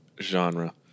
genre